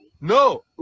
No